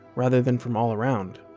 rather than from all around.